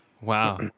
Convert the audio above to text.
Wow